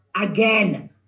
again